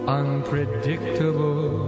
unpredictable